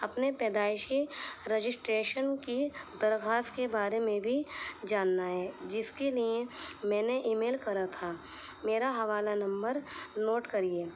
اپنے پیدائشی رجسٹریشن کی درخواست کے بارے میں بھی جاننا ہے جس کے لیے میں نے ای میل کرا تھا میرا حوالہ نمبر نوٹ کریے